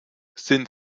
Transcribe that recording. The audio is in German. sind